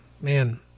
man